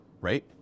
Right